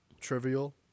trivial